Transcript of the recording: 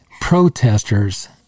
protesters